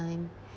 time